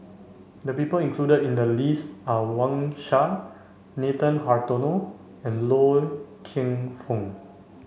the people included in the list are Wang Sha Nathan Hartono and Loy Keng Foo